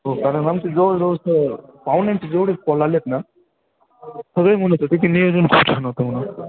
हो कारण आमचं जवळ जवळच पाहुण्यांचे जेवढे कॉल आले आहेत ना सगळे म्हणत होते की नियोजन फार छान होतं म्हणून